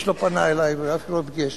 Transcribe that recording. איש לא פנה אלי ואף אחד לא ביקש.